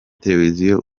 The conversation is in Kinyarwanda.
televiziyo